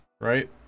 right